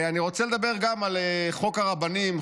גם אני רוצה לדבר על חוק הרבנים,